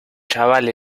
chaval